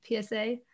PSA